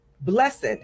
blessed